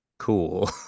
Cool